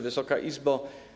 Wysoka Izbo!